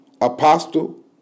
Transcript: Apostle